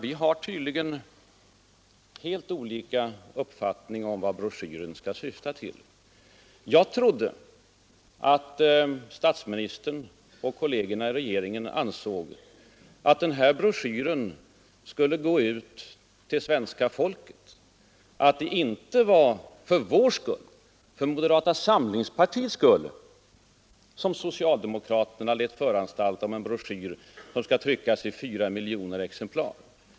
Vi har tydligen helt olika uppfattningar om vad broschyren skall syfta till. Jag trodde att statsministern och hans kolleger i regeringen ansåg att broschyren skulle gå ut till svenska folket, att det var för folkets och inte för moderata samlingspartiets skull som socialdemokraterna lät föranstalta om tryckning av en broschyr i 4 miljoner exemplar.